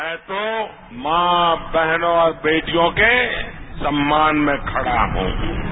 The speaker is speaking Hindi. मैं तो मां बहनों और बेटियों के सम्मान में खड़ा हूं